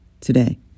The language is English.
today